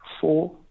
four